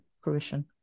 fruition